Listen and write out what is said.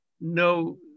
no